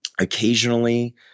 Occasionally